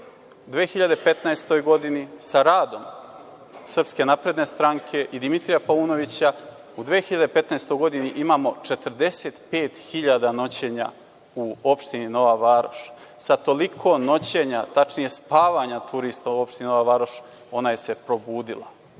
u 2015. godini sa radom SNS i Dimitrija Paunovića, u 2015. godini imao 45.000 noćenja u opštini Nova Varoš. Sa toliko noćenja, tačnije spavanja turista u opštini Nova Varoš ona se probudila.